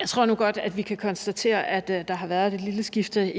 Jeg tror nu godt, vi kan konstatere, at der har været et lille skifte